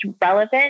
relevant